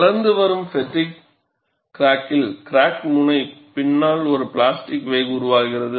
வளர்ந்து வரும் ஃப்பெட்டிக் கிராக்கில் கிராக் முனை பின்னால் ஒரு பிளாஸ்டிக் வேக் உருவாகிறது